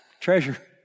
Treasure